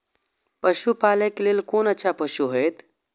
पशु पालै के लेल कोन अच्छा पशु होयत?